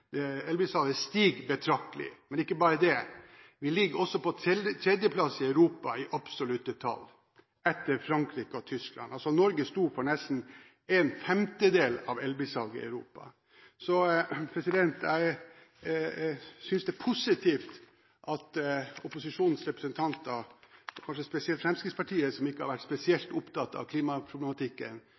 betraktelig, men ikke bare det: Vi ligger også på tredjeplass i Europa i absolutte tall, etter Frankrike og Tyskland. Norge sto for nesten en femtedel av elbilsalget i Europa. Jeg synes det er positivt at opposisjonens representanter, og kanskje spesielt Fremskrittspartiet, som ikke har vært spesielt opptatt av klimaproblematikken,